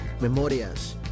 memorias